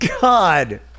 God